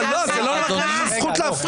--- לא, לא, אין לך זכות להפריע.